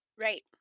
right